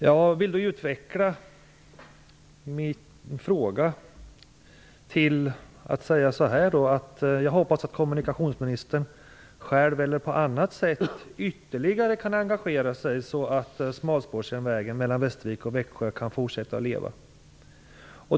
Jag vill utveckla min fråga med att säga så här: Jag hoppas att kommunikationsministern själv ytterligare kan engagera sig i eller på annat sätt se till att smalspårsjärnvägen mellan Västervik och Växjö kan fortsätta att leva.